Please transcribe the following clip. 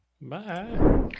Bye